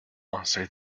answered